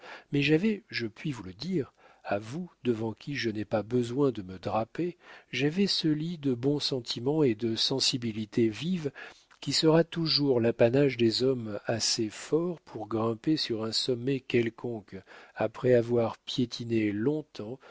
mais j'avais je puis vous le dire à vous devant qui je n'ai pas besoin de me draper j'avais ce lit de bons sentiments et de sensibilité vive qui sera toujours l'apanage des hommes assez forts pour grimper sur un sommet quelconque après avoir piétiné long-temps